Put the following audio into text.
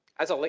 as a ling,